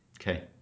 Okay